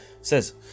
says